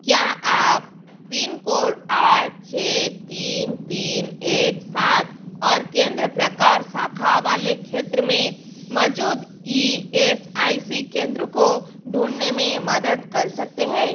क्या आप पिनकोड आठ छेः तीन तीन एक सात और केंद्र प्रकार शाखा वाले क्षेत्र में मौजूद ई एस आई सी केंद्र को ढूँढने में मदद कर सकते हैं